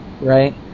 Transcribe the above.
right